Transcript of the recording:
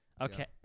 Okay